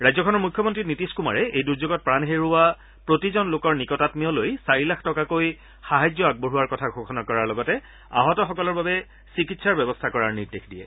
ৰাজ্যখনৰ মুখ্যমন্নী নীতিশ কুমাৰে এই দুৰ্যোগত প্ৰাণ হেৰুওৱা প্ৰতিজন লোকৰ নিকটামীয়লৈ চাৰিলাখ টকাকৈ সাহায্য আগবঢ়োৱাৰ কথা ঘোষণা কৰাৰ লগতে আহতসকলৰ বাবে চিকিৎসাৰ ব্যৱস্থা কৰাৰ নিৰ্দেশ দিয়ে